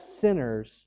sinners